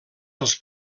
els